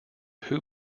who